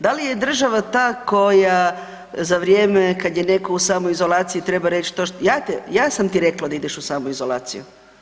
Da li je država ta koja za vrijeme kad je neko u samoizolaciji treba reći, ja sam ti rekla da ideš u samoizolaciju?